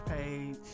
Page